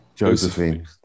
Josephine